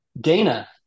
Dana